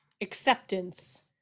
acceptance